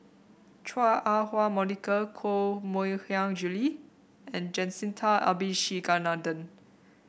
Chua Ah Huwa Monica Koh Mui Hiang Julie and Jacintha Abisheganaden